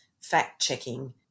fact-checking